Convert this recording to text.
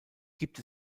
gibt